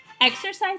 exercise